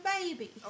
baby